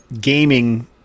gaming